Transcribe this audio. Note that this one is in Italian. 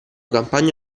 campagne